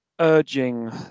urging